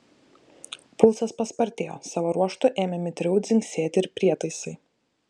pulsas paspartėjo savo ruožtu ėmė mitriau dzingsėti ir prietaisai